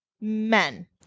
men